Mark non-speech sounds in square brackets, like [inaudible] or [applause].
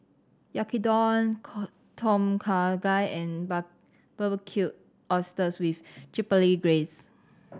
Yaki Udon [unintelligible] Tom Kha Gai and Barbecued Oysters with Chipotle Glaze